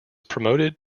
promoted